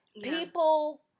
People